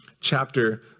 chapter